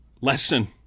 lesson